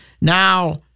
Now